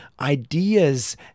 ideas